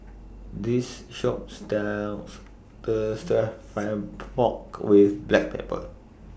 This Shop stirs The Stir Fry Pork with Black Pepper